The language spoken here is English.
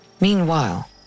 Meanwhile